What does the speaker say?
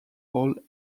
all